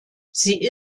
sie